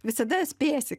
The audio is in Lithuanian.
visada spėsi